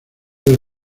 del